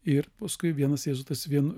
ir paskui vienas jėzuitas vien